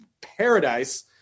paradise